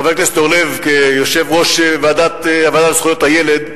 חבר הכנסת אורלב, כיושב-ראש הוועדה לזכויות הילד,